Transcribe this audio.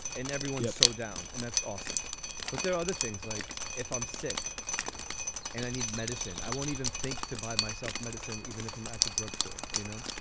and everyone is so down. and that's awesome but there are other things like if i'm sick and i need medicine, i won't even think to buy myself medicine even if i'm at the drugstore, you know?